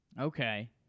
Okay